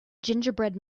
gingerbread